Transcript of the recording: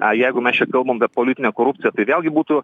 a jeigu mes čia kalbam apie politinę korupciją tai vėlgi būtų